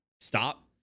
stop